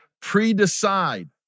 pre-decide